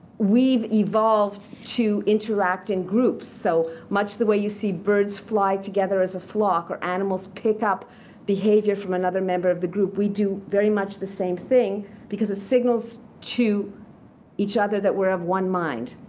we've evolved to interact in groups. so, much the way you see birds fly together as a flock or animals pick up behavior from another member of the group, we do very much the same thing because it signals to each other that we're of one mind,